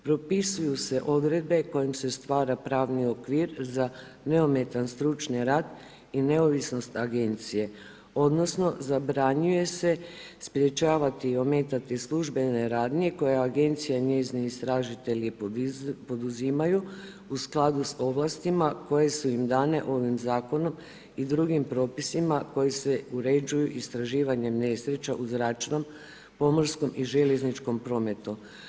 Propisuju se odredbe kojim se stvara pravni okvir za neometan stručni rad i neovisnost agencije, odnosno zabranjuje se sprječavati i ometati službene radnje koje agencija i njezini istražitelji poduzimaju u skladu sa ovlastima koje su im dane ovim zakonom i drugim propisima koji se uređuju istraživanjem nesreća u zračnom, pomorskom i željezničkom prometu.